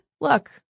look